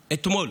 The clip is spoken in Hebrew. אתמול,